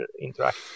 interact